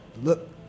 look